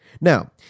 Now